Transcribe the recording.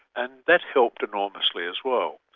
and that helped enormously as well.